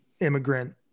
immigrant